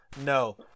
No